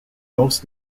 most